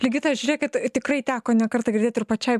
ligita žiūrėkit tikrai teko ne kartą girdėti ir pačiai